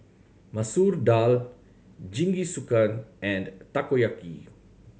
Masoor Dal Jingisukan and Takoyaki